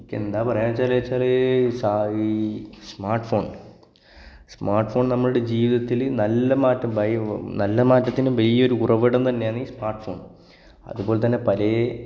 എനിക്കെന്താ പറയുക എന്നു വെച്ചാൽ വെച്ചാൽ സ ഈ സ്മാര്ട്ട് ഫോണ് സ്മാര്ട്ട് ഫോണ് നമ്മുടെ ജീവിതത്തിൽ നല്ല മാറ്റം ബൈ നല്ല മാറ്റത്തിനു വലിയൊരു ഉറവിടം തന്നെയാണ് ഈ സ്മാര്ട്ട് ഫോണ് അതുപോലെ തന്നെ പലേ